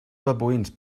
babuïns